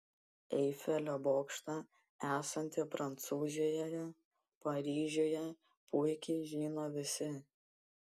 eifelio bokštą esantį prancūzijoje paryžiuje puikiai žino visi